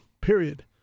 Period